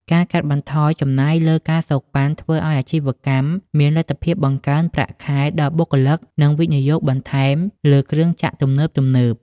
ការកាត់បន្ថយចំណាយលើ ការសូកប៉ាន់ ធ្វើឱ្យអាជីវកម្មមានលទ្ធភាពបង្កើនប្រាក់ខែដល់បុគ្គលិក និងវិនិយោគបន្ថែមលើគ្រឿងចក្រទំនើបៗ។